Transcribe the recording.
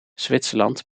zwitserland